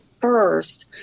first